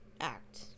act